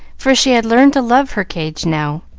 for she had learned to love her cage now.